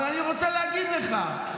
אבל אני רוצה להגיד לך,